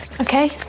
Okay